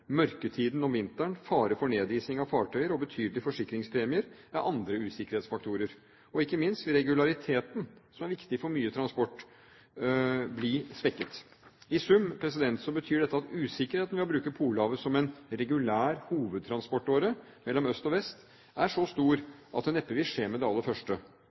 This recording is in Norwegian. Mørketiden om vinteren, fare for nedising av fartøyer og betydelige forsikringspremier er andre usikkerhetsfaktorer. Og ikke minst vil regulariteten, som er viktig for mye transport, bli svekket. I sum betyr dette at usikkerheten ved å bruke Polhavet som en regulær hovedtransportåre mellom øst og vest er så stor at det neppe vil skje med det aller første.